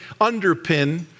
underpin